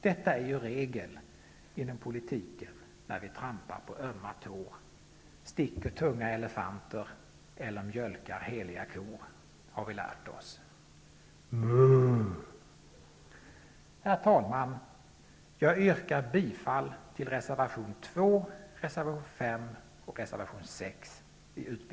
Detta är ju regel inom politiken, när vi trampar på ömma tår, sticker tunga elefanter eller mjölkar heliga kor, har vi lärt oss. Muuuh! Herr talman! Jag yrkar bifall till reservationerna 2,